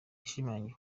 yashimangiye